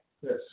Yes